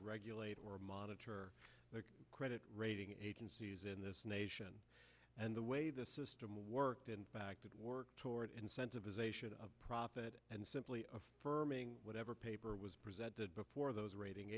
regulate or monitor their credit rating agencies in this nation and the way the system worked in fact did work toward incentivisation of profit and simply of whatever paper was presented before those rating